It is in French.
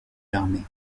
l’armée